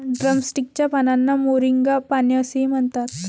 drumstick च्या पानांना moringa पाने असेही म्हणतात